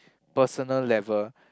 personal level